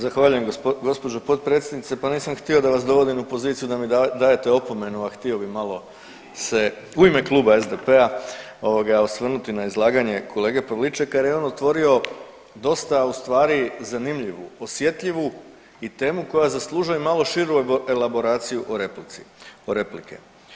Zahvaljujem gđo. potpredsjednice, pa nisam htio da vas dovodim u poziciju da mi dajete opomenu, a htio bi malo se u ime Kluba SDP-a ovoga osvrnuti na izlaganje kolege Pavličeka jer je on otvorio dosta u stvari zanimljivu, osjetljivu i temu koja zaslužuje malo širu elaboraciju o replici, od replike.